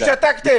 אתם שתקתם.